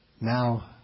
now